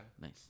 Nice